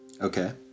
Okay